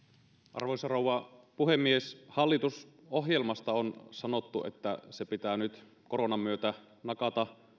arvoisa rouva puhemies hallitusohjelmasta on sanottu että se pitää nyt koronan myötä nakata